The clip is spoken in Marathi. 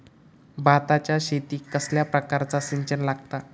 भाताच्या शेतीक कसल्या प्रकारचा सिंचन लागता?